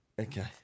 Okay